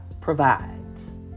provides